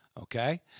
okay